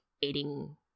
eating